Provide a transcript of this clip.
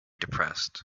depressed